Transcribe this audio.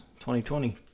2020